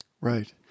Right